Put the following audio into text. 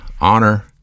Honor